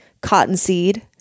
cottonseed